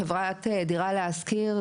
חברת דירה להשכיר,